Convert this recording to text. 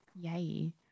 Yay